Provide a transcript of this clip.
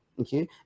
okay